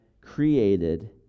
created